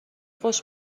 خوش